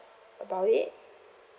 about it